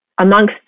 amongst